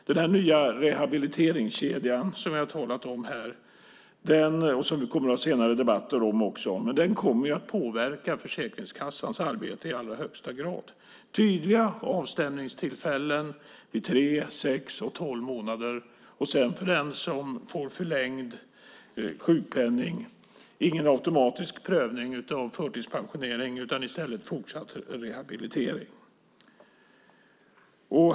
Den nya rehabiliteringskedja som jag har talat om här och som vi också kommer att föra senare debatter om kommer att påverka Försäkringskassans arbete i allra högsta grad. Det ska bli tydliga avstämningstillfällen vid tre, sex och tolv månader. För den som får förlängd sjukpenning blir det ingen automatisk prövning av förtidspensionering, utan i stället fortsatt rehabilitering.